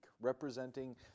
representing